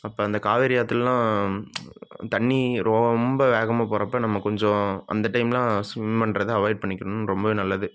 அப்போ அந்த காவேரி ஆற்றுலல்லாம் தண்ணி ரொம்ப வேகமாகப் போகிறப்ப நம்ம கொஞ்சம் அந்த டைம்லெல்லாம் ஸ்விம் பண்ணுறத அவாய்ட் பண்ணிக்கணும்னு ரொம்பவே நல்லது